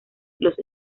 los